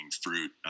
fruit